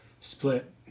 split